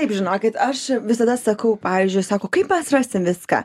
taip žinokit aš visada sakau pavyzdžiui sako kaip mes rasim viską